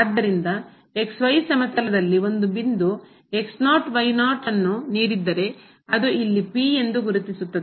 ಆದ್ದರಿಂದ ಸಮತಲದಲ್ಲಿ ಅದು ಇಲ್ಲಿ P ಎಂದು ಗುರುತಿಸುತ್ತದೆ